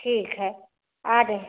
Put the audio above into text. ठीक है आ रहे